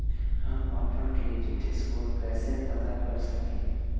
हम अपन credit score कैसे पता कर सकेली?